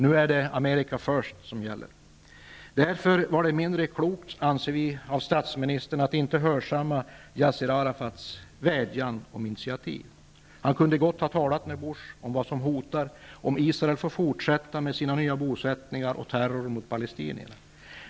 Nu är det ''America first'' som gäller. Därför anser vi att det var mindre klokt av statsministern att inte hörsamma Yassir Arafats vädjan om initiativ. Statsministern kunde gott ha talat med Bush om vad som hotar om Israel får fortsätta med sina nya bosättningar och med terror mot palestinierna.